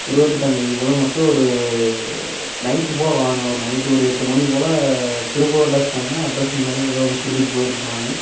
இருபத்தெட்டாந்தேதி போல் மட்டும் ஒரு நைட்டு போல் வாங்க ஒரு நைட்டு ஒரு எட்டு மணி போல் திருப்பூர் அட்ரஸ் தாங்க அட்ரஸ் முன்னாடியே ஒரு தடவ வந்து கொடுத்துட்டு போயிருக்கிறேன் நான்